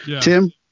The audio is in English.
Tim